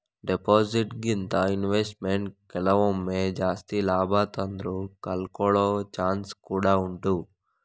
deposit ಗಿಂತ investment ಕೆಲವೊಮ್ಮೆ ಜಾಸ್ತಿ ಲಾಭ ತಂದ್ರೂ ಕಳ್ಕೊಳ್ಳೋ ಚಾನ್ಸ್ ಕೂಡಾ ಉಂಟು